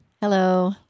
Hello